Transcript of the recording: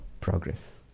progress